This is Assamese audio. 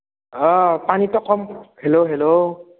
অঁ পানীটো কম হেল্ল' হেল্ল'